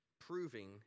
proving